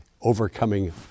overcoming